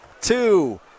two